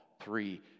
three